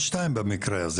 בנייה.